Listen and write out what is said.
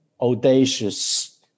audacious